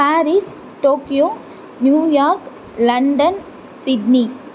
Paris Tokyo New York London Sydney